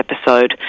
episode